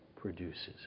produces